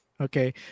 Okay